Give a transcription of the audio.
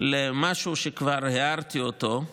למשהו שכבר הערתי עליו,